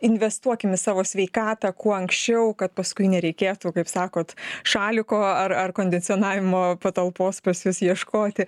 investuokim į savo sveikatą kuo anksčiau kad paskui nereikėtų kaip sakot šaliko ar ar kondicionavimo patalpos pas jus ieškoti